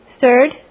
Third